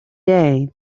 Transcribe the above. day